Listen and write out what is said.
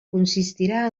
consistirà